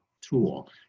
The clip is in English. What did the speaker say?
tool